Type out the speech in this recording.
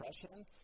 depression